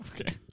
okay